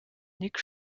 nick